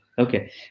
Okay